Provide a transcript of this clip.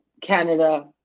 Canada